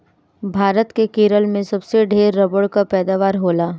भारत के केरल में सबसे ढेर रबड़ कअ पैदावार होला